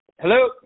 hello